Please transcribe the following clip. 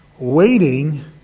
Waiting